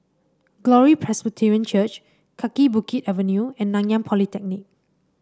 Glory Presbyterian Church Kaki Bukit Avenue and Nanyang Polytechnic